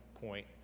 Point